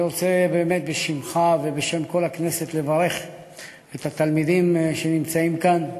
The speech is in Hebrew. אני רוצה בשמך ובשם כל הכנסת לברך את התלמידים שנמצאים כאן,